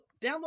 download